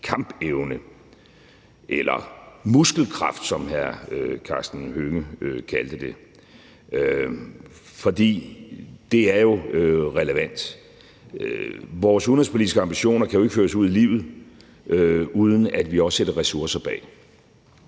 kampevne eller muskelkraft, som hr. Karsten Hønge kaldte det. For det er jo relevant. Vores udenrigspolitiske ambitioner kan jo ikke føres ud i livet, uden at vi også sætter ressourcer bag